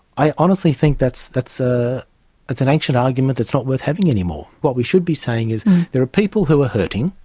i honestly think that's that's ah an ancient argument that's not worth having anymore. what we should be saying is there are people who are hurting,